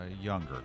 Younger